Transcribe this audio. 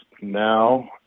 now